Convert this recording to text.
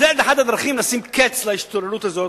זאת אחת הדרכים לשים קץ להשתוללות הזאת,